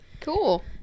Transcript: Cool